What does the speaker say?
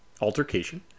altercation